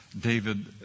David